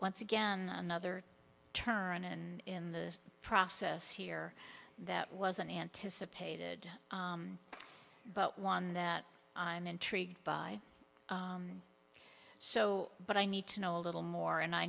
once again another turn and in the process here that wasn't anticipated but one that i'm intrigued by so but i need to know a little more and i